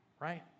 right